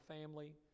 family